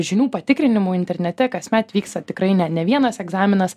žinių patikrinimui internete kasmet vyksta tikrai ne ne vienas egzaminas